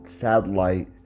satellite